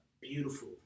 beautiful